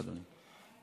בבקשה, אדוני.